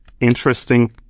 interesting